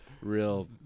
Real